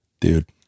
Dude